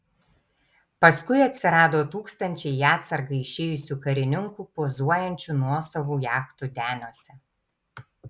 paskui atsirado tūkstančiai į atsargą išėjusių karininkų pozuojančių nuosavų jachtų deniuose